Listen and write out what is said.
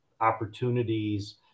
opportunities